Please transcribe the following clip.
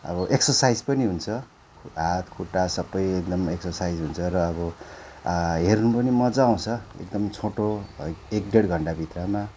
अब एक्सर्साइज पनि हुन्छ हात खुट्टा सबै एकदम एक्सर्साइज हुन्छ र अब हेर्नु पनि मजा आउँछ एकदम छोटो है एक डेढ घण्टा भित्रमा